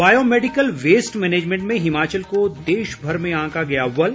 biomedical waste management में हिमाचल को देशभर में आंका गया अव्वल